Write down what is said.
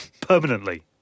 permanently